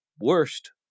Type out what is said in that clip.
worst